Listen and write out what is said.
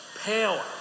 Power